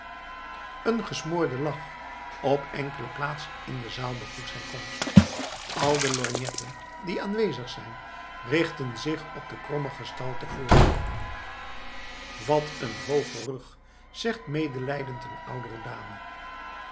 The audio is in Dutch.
een gesmoorde lach op enkele plaatsen in de zaal begroet zijn komst al de lorgnetten die aanwezig zijn richten zich op de kromme gestalte voor hen wat een hooge rug zegt medelijdend een oudere dame